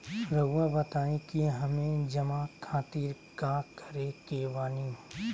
रहुआ बताइं कि हमें जमा खातिर का करे के बानी?